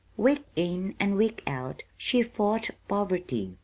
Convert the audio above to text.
week in and week out she fought poverty,